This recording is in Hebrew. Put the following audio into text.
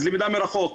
אז למידה מרחוק.